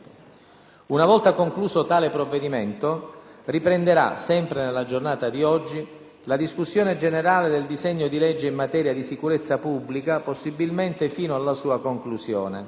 Una volta concluso tale provvedimento, riprenderà - sempre nella giornata di oggi - la discussione generale del disegno di legge in materia di sicurezza pubblica, possibilmente fino alla sua conclusione.